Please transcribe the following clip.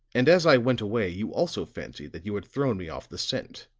and as i went away, you also fancied that you had thrown me off the scent.